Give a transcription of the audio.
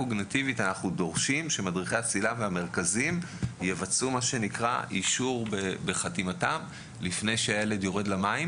דורשים מהמדריכים לבצע אישור בחתימתם לפני שהילד יורד למים.